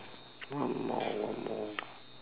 one more one more